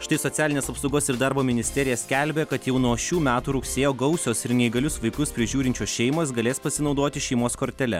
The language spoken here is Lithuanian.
štai socialinės apsaugos ir darbo ministerija skelbia kad jau nuo šių metų rugsėjo gausios ir neįgalius vaikus prižiūrinčios šeimos galės pasinaudoti šeimos kortele